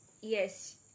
Yes